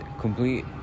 complete